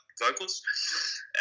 vocals